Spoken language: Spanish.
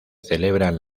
celebran